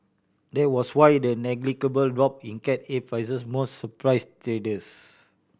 that was why the negligible drop in Cat A prices most surprise traders